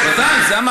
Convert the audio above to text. אז זה בסדר.